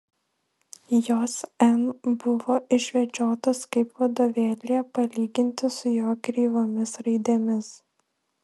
jos n buvo išvedžiotos kaip vadovėlyje palyginti su jo kreivomis raidėmis